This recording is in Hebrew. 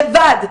לבד.